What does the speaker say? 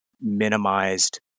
minimized